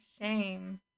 shame